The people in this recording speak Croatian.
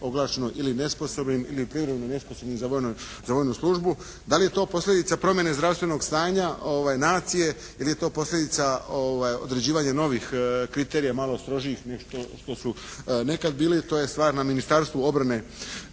proglašeno ili nesposobnim ili privremeno nesposobnim za vojnu službu. Da li je to posljedica promjene zdravstvenog stanja nacije ili je to posljedica određivanja novih kriterija malo strožijih nego što su nekad bili, to je stvar na Ministarstvu obrane